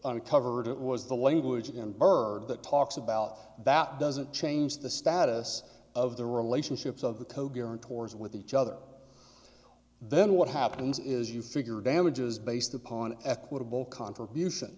uncovered it was the language in byrd that talks about that doesn't change the status of the relationships of the koger in corps with each other then what happens is you figure damages based upon equitable contribution